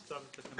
אנחנו מתקנים אותה.